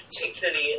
particularly